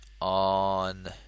on